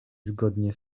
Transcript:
zgodnie